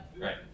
Right